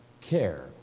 care